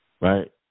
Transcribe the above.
Right